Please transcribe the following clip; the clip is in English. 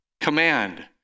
command